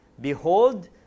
Behold